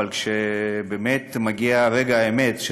אבל כשמגיע רגע האמת,